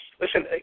Listen